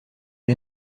les